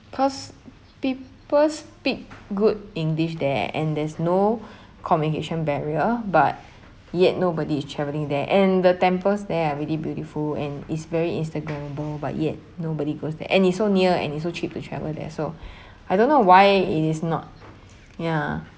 cause people speak good english there and there's no communication barrier but yet nobody is traveling there and the temples there are really beautiful and it's very instagrammable but yet nobody goes there and it's so near and it's so cheap to travel there so I don't know why it is not ya